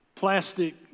Plastic